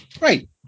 Right